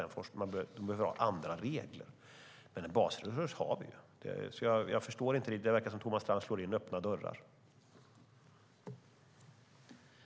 Det gör att man behöver ha andra regler. Men en basresurs har vi ju, så jag förstår inte riktigt vart Thomas Strand vill komma. Det verkar som att han försöker slå in öppna dörrar.